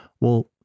Well-